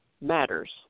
matters